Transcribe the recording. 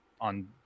on